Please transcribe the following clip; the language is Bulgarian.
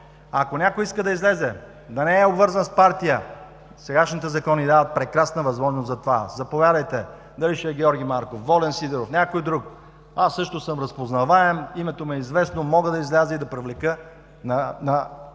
Ако някой иска да излезе, да не е обвързан с партия, сегашните закони дават прекрасна възможност за това. Заповядайте – дали ще е Георги Марков, Волен Сидеров, някой друг, аз също съм разпознаваем, името ми е известно, мога да изляза и да привлека